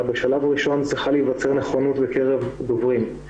בשלב ראשון צריכה להיווצר נכונות בקרב דוברים.